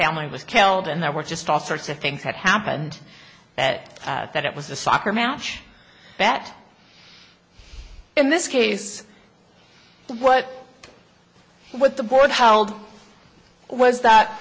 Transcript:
family was killed and there were just all sorts of things that happened that that it was a soccer match that in this case what what the board how old was that